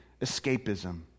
escapism